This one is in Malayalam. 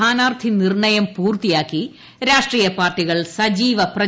സ്ഥാനാർത്ഥി നിർണയം പൂർത്തിയാക്കി രാഷ്ട്രീയപാർട്ടികൾ സജീവ പ്രചാരണരംഗത്ത്